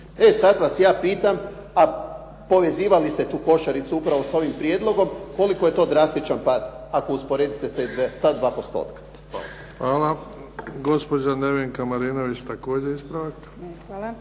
E sada vas ja pitam, a povezivale ste tu košaricu sa upravo sa ovim prijedlogom koliko je to drastičan pad ako usporedite ta dva postotka. **Bebić, Luka (HDZ)** Hvala. Gospođa Nevenka Marinović. Također ispravak.